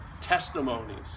testimonies